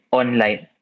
online